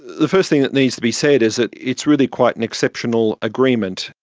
the first thing that needs to be said is that it's really quite an exceptional agreement.